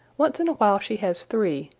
once in a while she has three,